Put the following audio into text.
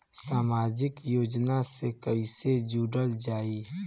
समाजिक योजना से कैसे जुड़ल जाइ?